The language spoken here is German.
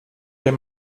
der